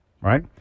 Right